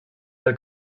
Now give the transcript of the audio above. del